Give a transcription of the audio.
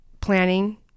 planning